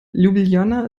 ljubljana